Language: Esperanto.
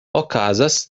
okazas